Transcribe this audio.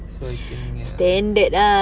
so I think ya